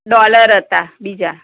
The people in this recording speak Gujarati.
ડોલર હતા બીજા